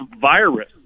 virus